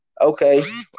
okay